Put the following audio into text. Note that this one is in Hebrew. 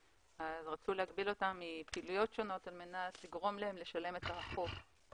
רצו להגביל אותם מפעילויות שונות על מנת לגרום להם לשלם את החוב.